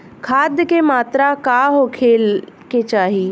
खाध के मात्रा का होखे के चाही?